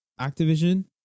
activision